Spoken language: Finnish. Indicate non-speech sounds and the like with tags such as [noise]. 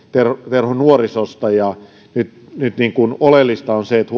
terho nuorisosta ja nyt nyt oleellista on että [unintelligible]